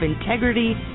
integrity